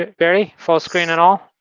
ah barry? full screen and all?